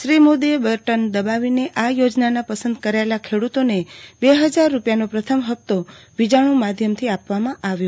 Shri Modi button દબાવીને આ યોજનાના પસંદ કરાયેલા ખેડૂતોને બે હજાર રૂપિયાનો પ્રથમ હપ્તો વિજાણુ માધ્યમથી આપવામાં આવ્યો